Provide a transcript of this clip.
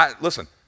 Listen